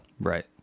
Right